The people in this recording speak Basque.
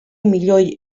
milioi